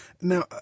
Now